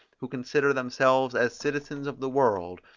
who consider themselves as citizens of the world,